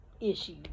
issues